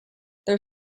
their